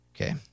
Okay